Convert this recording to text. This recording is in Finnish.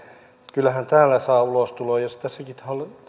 kyllähän täällä saa ulostulon jos tässäkin